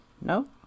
no